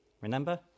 Remember